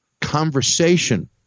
Conversation